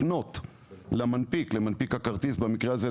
לפנות למנפיק הכרטיס במקרה הזה,